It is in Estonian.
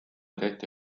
tehti